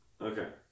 Okay